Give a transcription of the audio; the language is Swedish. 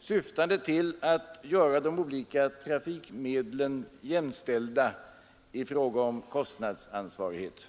syftande till att göra de olika trafikmedlen jämställda i fråga om kostnadsansvarighet.